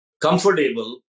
comfortable